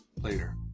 later